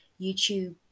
YouTube